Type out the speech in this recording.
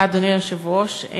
אדוני היושב-ראש,